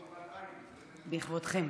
בכבודכם.